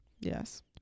yes